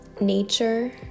nature